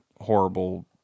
horrible